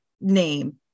name